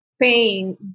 pain